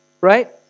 right